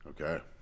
Okay